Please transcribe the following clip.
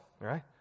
right